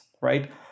right